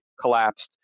collapsed